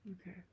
Okay